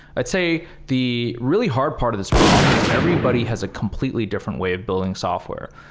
i'd say the really hard part of this problem is everybody has a completely different way of building software.